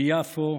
ביפו,